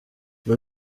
ngo